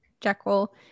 Jekyll